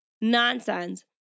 Nonsense